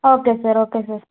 okay sir okay sir